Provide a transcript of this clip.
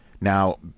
Now